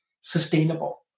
sustainable